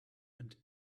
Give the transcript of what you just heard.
and